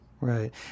Right